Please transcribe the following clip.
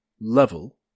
Level